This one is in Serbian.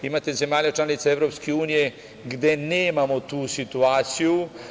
Imate zemlje članice EU gde nemamo tu situaciju.